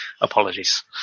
apologies